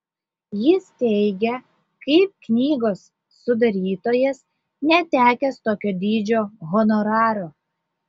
jis teigia kaip knygos sudarytojas netekęs tokio dydžio honoraro